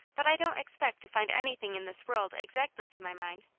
but i don't expect to find anything in this world exactly to my mind.